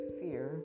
fear